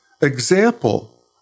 example